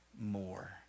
more